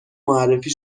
معرفی